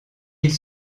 ils